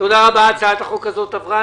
תודה רבה, הצעת החוק הזו עברה.